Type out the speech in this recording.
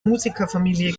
musikerfamilie